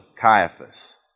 Caiaphas